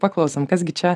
paklausom kas gi čia